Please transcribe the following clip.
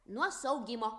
nuo suaugimo